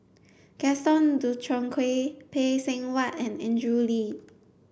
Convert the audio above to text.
Gaston Dutronquoy Phay Seng Whatt and Andrew Lee